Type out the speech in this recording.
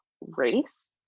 race